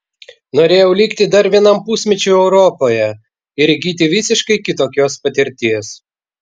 norėjau likti dar vienam pusmečiui europoje ir įgyti visiškai kitokios patirties